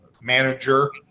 manager